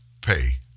pay